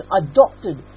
adopted